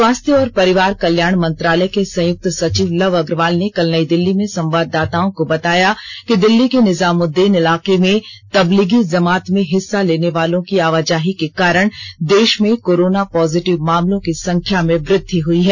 स्वास्थ्य और परिवार कल्याण मंत्रालय के संयुक्त सचिव लव अग्रवाल ने कल नई दिल्ली में संवाददाताओं को बताया कि दिल्ली के निजामुद्दीन इलाके में तबलीगी जमात में हिस्सा लेने वालों की आवाजाही के कारण देश में कोरोना पॉजिटिव मामलों की संख्या में वृद्धि हुई है